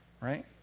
right